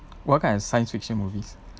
what kind of science fiction movies